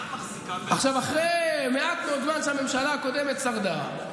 אחרי מעט מאוד זמן שהממשלה הקודמת שרדה,